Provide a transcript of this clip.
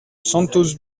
santos